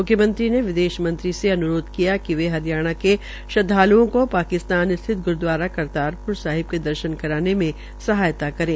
म्ख्यमंत्री ने विदेश मंत्री से अन्रोध किया कि वे हरियाणा के श्रद्वाल्ओं को पाकिस्तान स्थित ग्रूद्वारा करतारप्र साहिब के दर्शन कराने मे सहायता करे